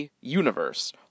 Universe